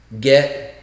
get